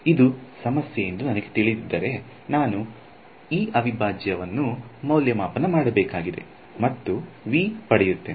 ಇದು ಸಮಸ್ಯೆ ಎಂದು ನನಗೆ ತಿಳಿದಿದ್ದರೆ ನಾನು ಈ ಅವಿಭಾಜ್ಯವನ್ನು ಮೌಲ್ಯಮಾಪನ ಮಾಡಬೇಕಾಗಿದೆ ಮತ್ತು ನಾನು V ಪಡೆಯುತ್ತೇನೆ